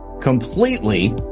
completely